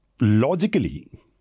logically